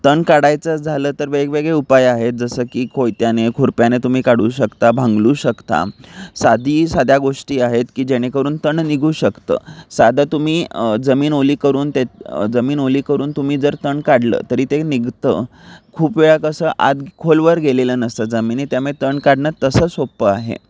तण काढायचं झालं तर वेगवेगळे उपाय आहेत जसं की कोयत्याने खुर्प्याने तुम्ही काढू शकता भांगलू शकता साधी साध्या गोष्टी आहेत की जेणेकरून तण निघू शकतं साधं तुम्ही जमीन ओली करून ते जमीन ओली करून तुम्ही जर तण काढलं तरी ते निघतं खूप वेळा कसं आत खोलवर गेलेलं नसतं जमिनीत त्यामुळे तण काढणं तसं सोपं आहे